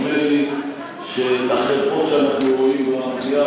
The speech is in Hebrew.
נדמה לי שלחרפות שאנחנו רואים פה במליאה